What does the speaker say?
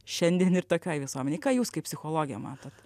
šiandien ir tokioj visuomenėj ką jūs kaip psichologė matot